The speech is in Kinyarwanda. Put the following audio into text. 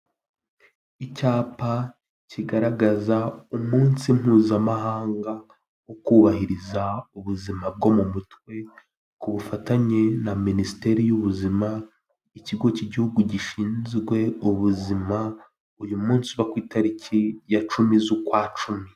Icyapa kigaragaza umunsi mpuzamahanga wo kubahiriza ubuzima bwo mu mutwe ku bufatanye na minisiteri y'ubuzima, ikigo k'igihugu gishinzwe ubuzima. Uyu munsi uba ku itariki ya cumi z'ukwa cumi.